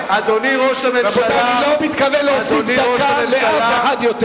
אני לא מתכוון יותר להוסיף דקה לאף אחד.